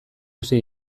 hasi